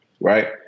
right